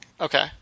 Okay